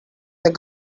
that